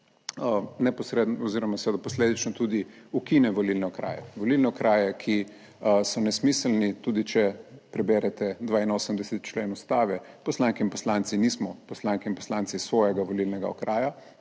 neposredno oziroma seveda posledično tudi ukine volilne okraje, volilne okraje, ki so nesmiselni, tudi če preberete 82. člen Ustave, poslanke in poslanci nismo poslanke in poslanci svojega volilnega okraja,